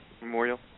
Memorial